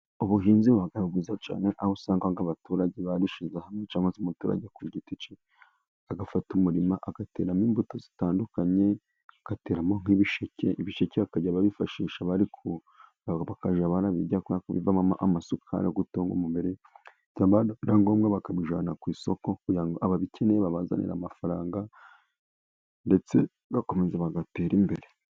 Ubuhinzi buba bwiza cyane, aho usanga nk'abaturage barishyize hamwe cyangwa umuturage ku giti cye agafata umurima, agateramo imbuto zitandukanye, agateramo nk'ibisheke, ibisheke bakajya babyifashisha, bakajya babirya kuko bibamo amasukari yo gutunga umubiri, ndetse byaba ngombwa bakabijyana ku isoko kugira ngo ababikeneye babazanire amafaranga, ndetse bakomeza bagatera imbere.